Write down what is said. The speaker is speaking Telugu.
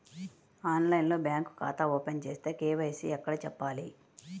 ఆన్లైన్లో బ్యాంకు ఖాతా ఓపెన్ చేస్తే, కే.వై.సి ఎక్కడ చెప్పాలి?